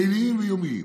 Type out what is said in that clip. ליליים ויומיים.